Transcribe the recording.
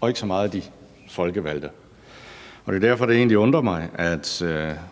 og ikke så meget de folkevalgte. Det er derfor, at det egentlig undrer mig, at